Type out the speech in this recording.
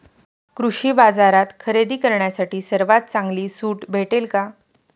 कृषी बाजारात खरेदी करण्यासाठी सर्वात चांगली सूट भेटेल का?